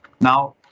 Now